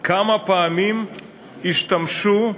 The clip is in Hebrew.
כמה פעמים השתמשו במכשיר,